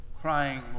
crying